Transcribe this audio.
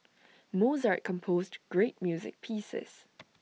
Mozart composed great music pieces